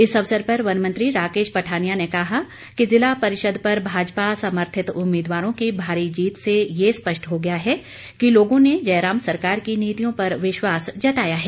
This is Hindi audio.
इस अवसर पर वन मंत्री राकेश पठानिया ने कहा कि जिला परिषद पर भाजपा समर्थित उम्मीदवारों की भारी जीत से ये स्पष्ट हो गया है कि लोगों ने जयराम सरकार की नीतियों पर विश्वास जताया है